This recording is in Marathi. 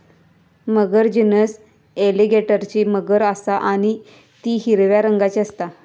मगर जीनस एलीगेटरची मगर असा आणि ती हिरव्या रंगाची असता